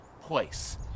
place